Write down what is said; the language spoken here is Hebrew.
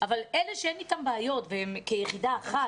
אבל אלה שאין איתם בעיות והם כיחידה אחת,